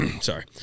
Sorry